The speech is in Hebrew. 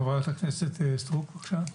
חברת הכנסת סטרוק, בבקשה.